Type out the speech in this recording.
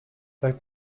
tak